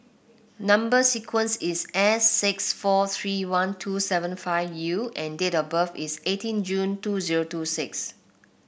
number sequence is S six four three one two seven five U and date of birth is eighteen June two zero two six